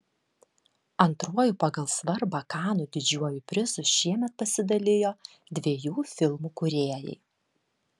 antruoju pagal svarbą kanų didžiuoju prizu šiemet pasidalijo dviejų filmų kūrėjai